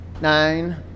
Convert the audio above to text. nine